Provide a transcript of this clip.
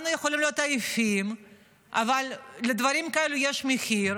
אבל מצד שני,